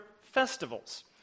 festivals